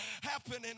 happening